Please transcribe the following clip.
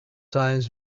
times